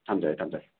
ꯊꯝꯖꯔꯦ ꯊꯝꯖꯔꯦ